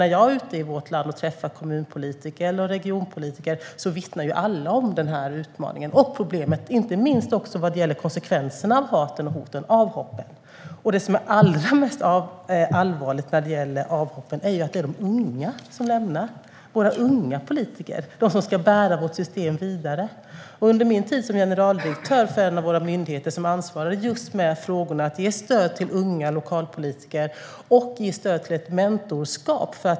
När jag är ute i vårt land och träffar kommunpolitiker och regionpolitiker vittnar alla om denna utmaning och detta problem. Det gäller inte minst konsekvenserna av hatet och hoten, nämligen avhoppen. Det som är allra mest allvarligt när det gäller avhoppen är att det är de unga som lämnar politiken - de som ska bära vårt system vidare. Jag såg detta under min tid som generaldirektör för en av våra myndigheter, som ansvarar just för frågorna att ge stöd till unga lokalpolitiker och till ett mentorskap.